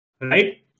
Right